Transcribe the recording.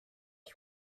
you